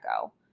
go